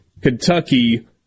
Kentucky